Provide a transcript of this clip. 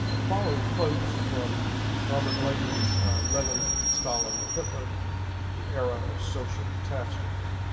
ah the following quotes are from robert gellately's lenin, stalin, and hitler the era of social catastrophe.